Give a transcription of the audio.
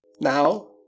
Now